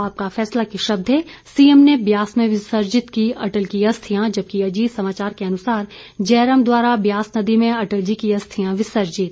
आपका फैसला के शब्द हैं सीएम ने ब्यास में विसर्जित की अटल की अस्थियां जबकि अजीत समाचार के अनुसार जयराम द्वारा ब्यास नदी में अटल जी की अस्थियां विसर्जित